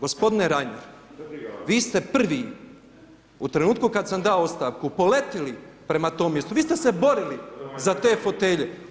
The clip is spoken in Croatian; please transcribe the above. Gospodine Reiner vi ste prvi u trenutku kad sam dao ostavku poletili prema tom mjestu, vi ste se borili za te fotelje.